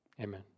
Amen